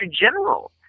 General